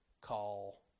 call